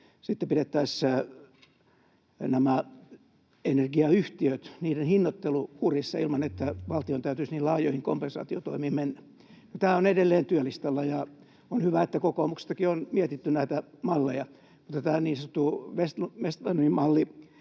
sitten pidettäisiin nämä energiayhtiöt, niiden hinnoittelu, kurissa ilman, että valtion täytyisi niin laajoihin kompensaatiotoimiin mennä. No, tämä on edelleen työlistalla. On hyvä, että kokoomuksessakin on mietitty näitä malleja, mutta tämä niin sanottu Vestmanin malli